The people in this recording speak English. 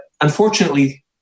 unfortunately